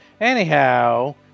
Anyhow